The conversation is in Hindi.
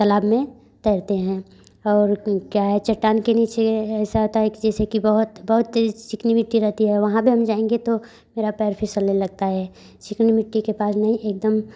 तलाब में तैरते हैं और क्या है चट्टान के नीचे ऐसा आता है जैसे कि बहुत बहुत चि चिकनी मिट्टी रहती हैं वहाँ पर हम जाएँगे तो पैर फिसलने लगता है चिकनी मिट्टी के पास में एकदम